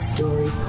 Story